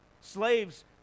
Slaves